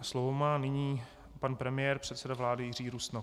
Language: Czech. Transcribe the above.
Slovo má nyní pan premiér, předseda vlády Jiří Rusnok.